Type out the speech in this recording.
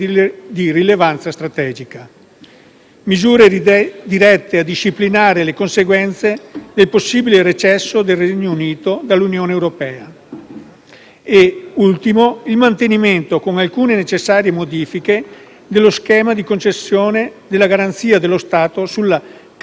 misure dirette a disciplinare le conseguenze del possibile recesso del Regno Unito dall'Unione europea e da ultimo, il mantenimento, con alcune necessarie modifiche, dello schema di concessione della garanzia dello Stato sulla cartolarizzazione di sofferenze.